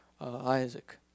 Isaac